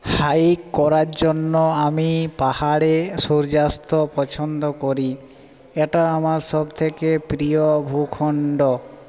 hike করার জন্য আমি পাহাড়ে সূর্যাস্ত পছন্দ করি এটা আমার সবথেকে প্রিয় ভূখণ্ড